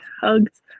hugs